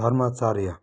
धर्मचार्य